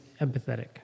empathetic